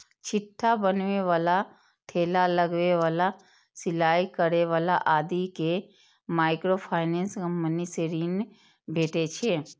छिट्टा बनबै बला, ठेला लगबै बला, सिलाइ करै बला आदि कें माइक्रोफाइनेंस कंपनी सं ऋण भेटै छै